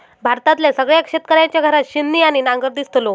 भारतातल्या सगळ्या शेतकऱ्यांच्या घरात छिन्नी आणि नांगर दिसतलो